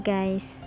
Guys